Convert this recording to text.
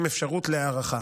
עם אפשרות להארכה.